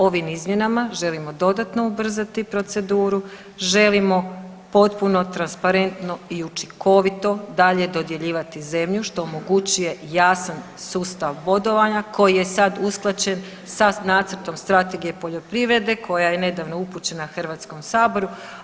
Ovim izmjenama želimo dodatno ubrzati proceduru, želimo potpuno, transparentno i učinkovito dalje dodjeljivati zemlju što omogućuje jasan sustav bodovanja koji je sada usklađen sa nacrtom strategije poljoprivrede koja je nedavno upućena Hrvatskom saboru.